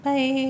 Bye